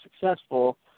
successful